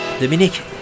Dominique